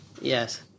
Yes